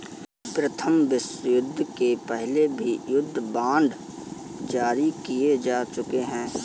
प्रथम विश्वयुद्ध के पहले भी युद्ध बांड जारी किए जा चुके हैं